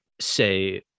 say